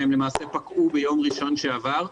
והם למעשה פקעו ביום ראשון שעבר,